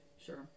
Sure